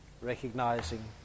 recognizing